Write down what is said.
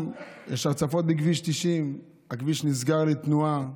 גם יש הצפות בכביש 90, הכביש נסגר לתנועה.